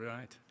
Right